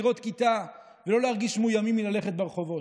לראות כיתה ולא להרגיש מאוימים מללכת ברחובות.